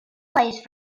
placed